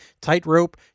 Tightrope